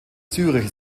zürich